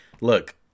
Look